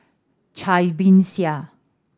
Cai Bixia